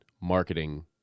marketing